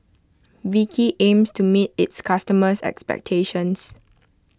Vichy aims to meet its customers' expectations